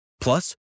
plus